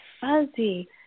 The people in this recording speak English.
fuzzy